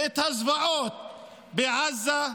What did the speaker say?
ואת הזוועות בעזה,